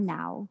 now